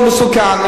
זה מסוכן.